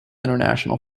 international